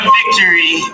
victory